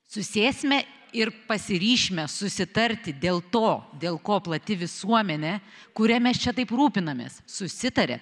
susėsime ir pasiryšime susitarti dėl to dėl ko plati visuomenė kuria mes čia taip rūpinamės susitaria